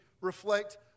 reflect